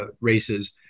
races